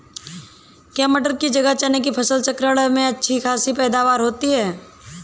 क्या मटर की जगह चने की फसल चक्रण में अच्छी खासी पैदावार होती है?